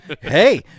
Hey